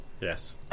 Yes